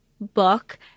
book